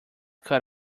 cut